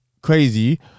crazy